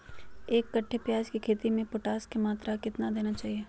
एक कट्टे प्याज की खेती में पोटास की मात्रा कितना देना चाहिए?